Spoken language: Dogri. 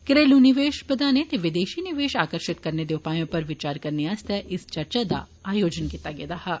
घरेलू निवेष बधाने ते विदेषी निवेष आकर्शित करने दे उपाएं उप्पर विचार आस्तै इस चर्चा दा आयोजन कीता गेदा हा